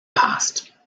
past